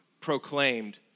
proclaimed